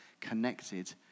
connected